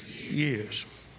years